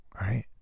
right